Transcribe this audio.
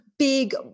big